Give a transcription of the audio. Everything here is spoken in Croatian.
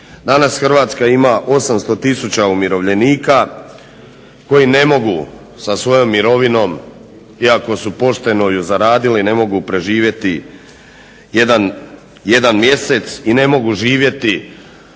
Danas Hrvatska ima 800 tisuća umirovljenika koji ne mogu sa svojom mirovinom iako su je pošteno zaradili ne mogu preživjeti jedan mjesec i ne mogu imati